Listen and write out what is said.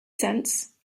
sense